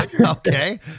Okay